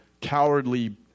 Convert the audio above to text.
cowardly